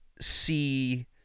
see